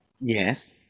Yes